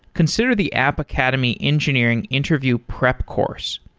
consider the app academy engineering interview prep course.